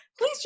Please